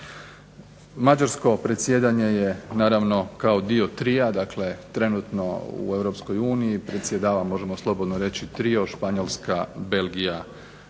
Mađarsko predsjedanje je kao dio trija, trenutno u Europskoj uniji predsjedava trio Španjolska, Belgija,